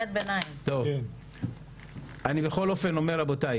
אני בכל אופן אומר לכם, רבותיי